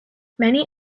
many